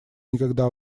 никогда